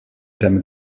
demi